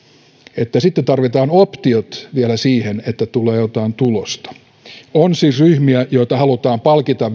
että sitten tarvitaan optiot vielä siihen että tulee jotain tulosta on siis ryhmiä joita halutaan palkita